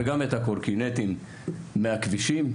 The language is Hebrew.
וגם את הקורקינטים מהכבישים,